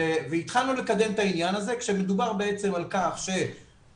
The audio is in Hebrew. והתחלנו לקדם את העניין הזה כשמדובר בעצם על כך שמשמרות